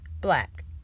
Black